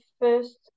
first